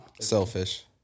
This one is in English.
selfish